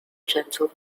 gentle